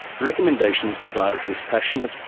the recommendations provided dispassionate,